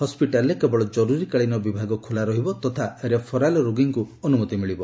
ହସ୍ପିଟାଲରେ କେବଳ ଜରୁରୀକାଳୀନ ବିଭାଗ ଖୋଲା ରହିବ ତଥା ରେଫେରାଲ ରୋଗୀଙ୍କୁ ଅନୁମତି ମିଳିବ